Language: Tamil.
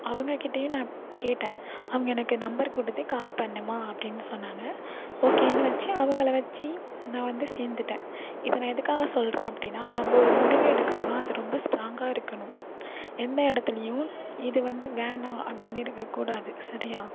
அவங்கக்கிட்டேயும் நான் கேட்டேன் அவங்க எனக்கு நம்பர் கொடுத்து கால் பண்ணுமா அப்படின் சொன்னாங்க ஓகேனு வச்சு அவங்களை வச்சு நான் வந்து சேர்ந்துட்டேன் இதை நான் எதுக்காக சொல்கிறேன் அப்படின்னா நம்ம ஒரு முடிவு எடுக்கிறோனா அது ரொம்ப ஸ்ட்ராங்காக இருக்கணும் எந்த இடத்துலையும் இது வந்து வேணாம் அப்படின்னு இருக்கக்கூடாது சரியா